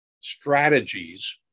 strategies